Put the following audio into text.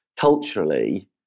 culturally